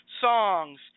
songs